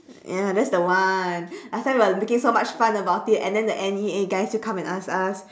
ya that's the one last time we're looking so much fun about it and then the N_E_A guy still come and ask us